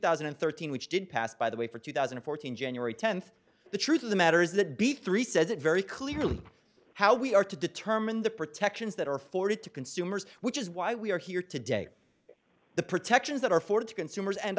thousand and thirteen which did pass by the way for two thousand and fourteen january tenth the truth of the matter is that b three says it very clearly how we are to determine the protections that are for it to consumers which is why we are here today the protections that are for to consumers and